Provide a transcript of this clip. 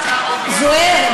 זוהיר,